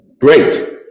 Great